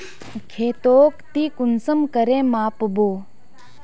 खेतोक ती कुंसम करे माप बो?